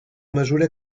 mesura